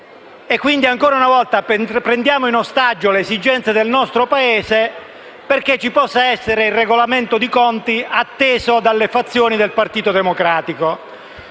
Quindi, ancora una volta, prendiamo in ostaggio le esigenze del nostro Paese perché ci possa essere un regolamento di conti all'interno del Partito Democratico.